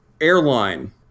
airline